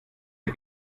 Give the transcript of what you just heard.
der